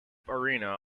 arena